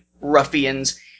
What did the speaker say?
ruffians